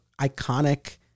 iconic